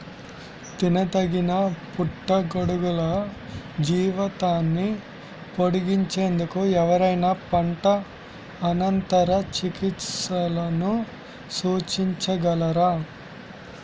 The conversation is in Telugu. తినదగిన పుట్టగొడుగుల జీవితాన్ని పొడిగించేందుకు ఎవరైనా పంట అనంతర చికిత్సలను సూచించగలరా?